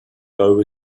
over